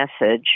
message